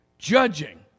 Judging